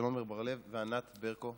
של עמר בר-לב וענת ברקו.